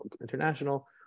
international